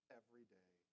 everyday